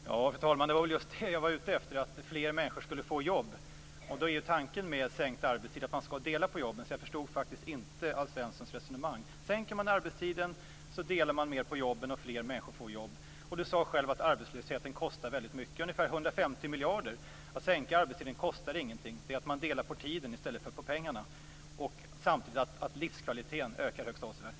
Fru talman! Det var just det jag var ute efter - att fler människor skulle få jobb. Tanken med sänkt arbetstid är ju att man skall dela på jobben. Jag förstod faktiskt inte Alf Svenssons resonemang. Sänker man arbetstiden delar man mer på jobben och fler människor får jobb. Alf Svensson sade själv att arbetslösheten kostar mycket - ungefär 150 miljarder. Att sänka arbetstiden kostar ingenting. Det är att dela på tiden i stället för på pengarna. Samtidigt ökar livskvaliteten högst avsevärt.